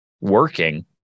working